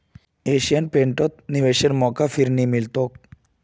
Asian पेंटत निवेशेर मौका फिर नइ मिल तोक